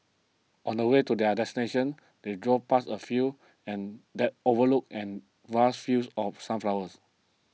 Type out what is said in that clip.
on the way to their destination they drove past a feel and that overlooked and vast fields of sunflowers